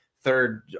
third